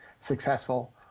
successful